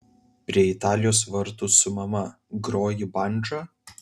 prie italijos vartų su mama groji bandža